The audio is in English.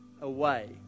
away